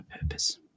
purpose